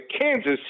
Kansas